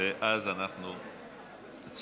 ואז אנחנו נצביע.